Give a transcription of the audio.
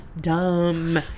Dumb